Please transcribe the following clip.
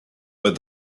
but